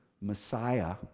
Messiah